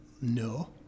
No